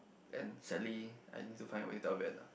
and sadly I need to find way to end ah